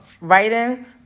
writing